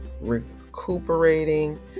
recuperating